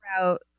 route